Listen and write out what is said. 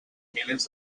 milers